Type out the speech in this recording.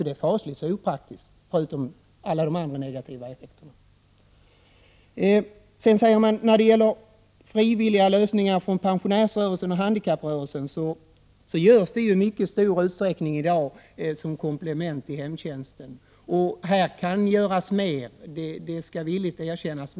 Det skulle förutom alla de andra negativa effekterna vara fasligt opraktiskt. Det talas också om frivilliga lösningar genom pensionärsrörelsen och handikapprörelsen. Sådana förekommer i stor utsträckning i dag som komplement till hemtjänsten. Här kan göras mer, det skall villigt erkännas.